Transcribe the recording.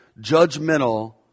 judgmental